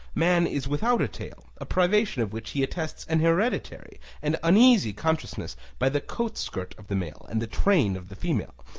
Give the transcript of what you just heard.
man is without a tail, a privation of which he attests an hereditary and uneasy consciousness by the coat-skirt of the male and the train of the female,